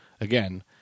Again